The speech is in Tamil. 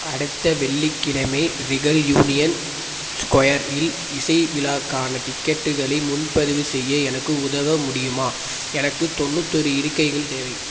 அடுத்த வெள்ளிக்கிழமை ரிகல் யூனியன் ஸ்கொயர் இல் இசை விழாக்கான டிக்கெட்டுகளை முன்பதிவு செய்ய எனக்கு உதவ முடியுமா எனக்கு தொண்ணூத்தோரு இருக்கைகள் தேவை